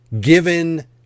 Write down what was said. given